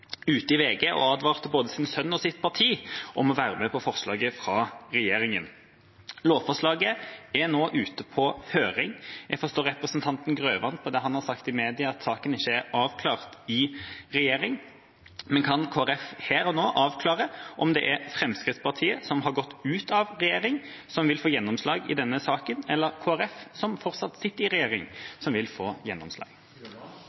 ute i VG og advarte både sin sønn og sitt parti mot å være med på forslaget fra regjeringen. Lovforslaget er nå ute på høring. Jeg forstår på det representanten Grøvan har sagt i media, at saken ikke er avklart i regjering, men kan Kristelig Folkeparti her og nå avklare om det er Fremskrittspartiet, som har gått ut av regjering, som vil få gjennomslag i denne saken, eller Kristelig Folkeparti, som fortsatt sitter i